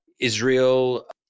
Israel